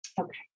Okay